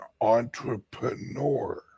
entrepreneur